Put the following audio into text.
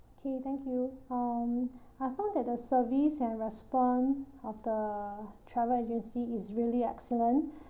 okay thank you um I found that the service and response of the travel agency is really excellent